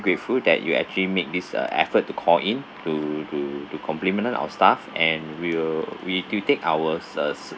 grateful that you actually make this uh effort to call in to do to compliment our staff and we will we we take our uh se~